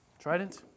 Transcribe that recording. trident